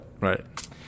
Right